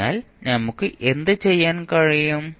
അതിനാൽ നമുക്ക് എന്തുചെയ്യാൻ കഴിയും